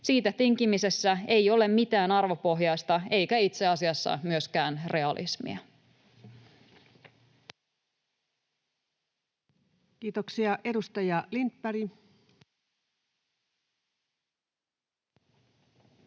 Siitä tinkimisessä ei ole mitään arvopohjaista, eikä itse asiassa myöskään realismia. Kiitoksia. — Edustaja Lindberg.